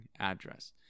address